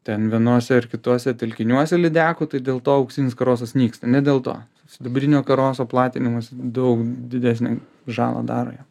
ten vienuose ar kituose telkiniuose lydekų tai dėl to auksinis karosas nyksta ne dėl to sidabrinio karoso platinimas daug didesnę žalą daro jam